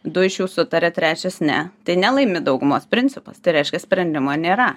du iš jų sutaria trečias ne tai nelaimi daugumos principas tai reiškia sprendimo nėra